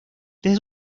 desde